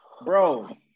Bro